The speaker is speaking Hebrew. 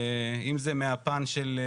אם זה מהפן של,